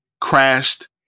crashed